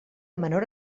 menor